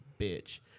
bitch